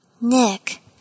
Nick